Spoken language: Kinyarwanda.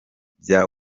bya